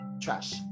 trash